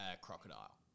crocodile